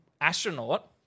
astronaut